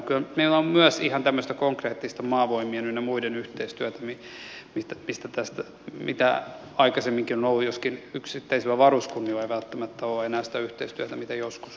kyllä meillä on myös ihan tämmöistä konkreettista maavoimien ynnä muiden yhteistyötä mitä aikaisemminkin on ollut joskin yksittäisillä varuskunnilla ei välttämättä ole enää sitä yhteistyötä mitä joskus on ollut